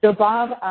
so bob.